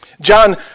John